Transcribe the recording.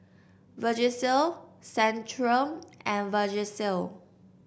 Vagisil Centrum and Vagisil